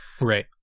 Right